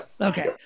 okay